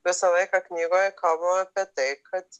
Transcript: visą laiką knygoje kalbama apie tai kad